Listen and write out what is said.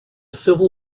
civil